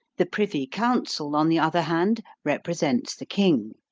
the privy council, on the other hand, represents the king.